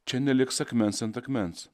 čia neliks akmens ant akmens